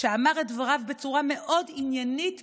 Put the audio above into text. שאמר את דבריו בצורה מאוד עניינית,